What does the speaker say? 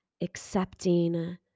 accepting